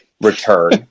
return